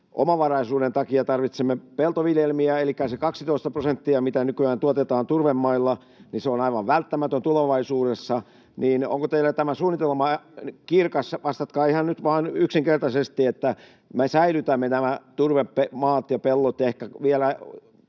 omavaraisuuden takia tarvitsemme peltoviljelmiä, elikkä se 12 prosenttia, mitä nykyään tuotetaan turvemailla, on aivan välttämätön tulevaisuudessa. Onko teillä tämä suunnitelma kirkas — vastatkaa ihan nyt vain yksinkertaisesti — että me säilytämme nämä turvemaat ja -pellot,